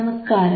നമസ്കാരം